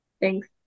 Thanks